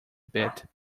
bit